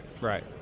Right